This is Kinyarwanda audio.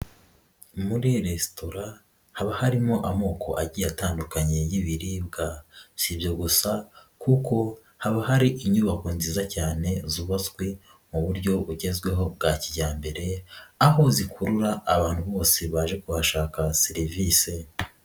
Muri resitora haba harimo amoko agiye atandukanye y'ibiribwa, si ibyo gusa kuko haba hari inyubako nziza cyane zubatswe mu buryo bugezweho bwa kijyambere aho zikurura abantu bose baje kuhashaka serivise.